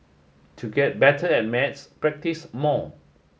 to get better at maths practise more